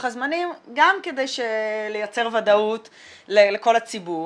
הזמנים גם כדי לייצר ודאות לכל הציבור,